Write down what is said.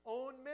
own